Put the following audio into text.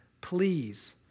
please